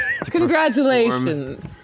Congratulations